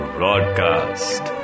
Broadcast